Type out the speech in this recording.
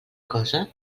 cosa